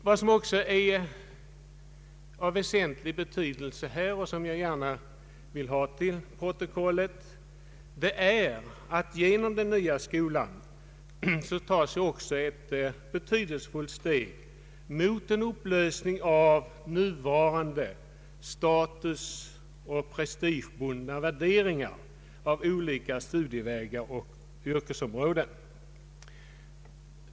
Vad som också är av väsentlig betydelse här och som jag gärna vill ha till protokollet är att genom den nya skolan ett betydelsefullt steg tas mot upplösningen av nuvarande statusoch prestigebundna värderingar av olika studievägar och yrkesområden.